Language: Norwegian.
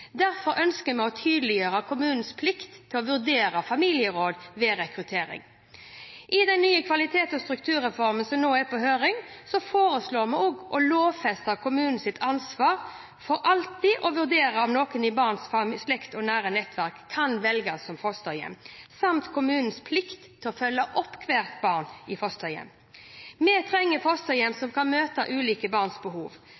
Derfor ønsker vi å tydeliggjøre kommunens plikt til å vurdere familieråd ved rekruttering. I den nye kvalitets- og strukturreformen som nå er på høring, foreslår vi også å lovfeste kommunens ansvar for alltid å vurdere om noen i barns slekt og nære nettverk kan velges som fosterhjem, samt kommunens plikt til å følge opp hvert barn i fosterhjem. Vi trenger fosterhjem som kan møte ulike barns behov.